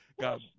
God